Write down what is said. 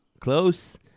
close